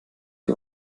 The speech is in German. die